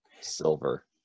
Silver